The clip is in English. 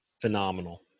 phenomenal